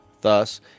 Thus